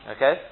Okay